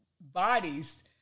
bodies